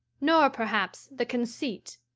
nor perhaps the conceit.